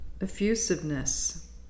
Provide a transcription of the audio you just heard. effusiveness